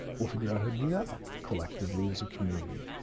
we'll figure out how to do that collectively as a community.